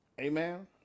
Amen